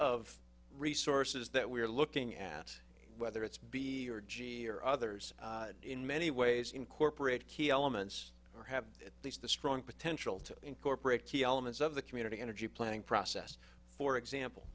of resources that we're looking at whether it's b or g e or others in many ways incorporate key elements or have these the strong potential to incorporate key elements of the community energy planning process for example